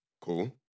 Cool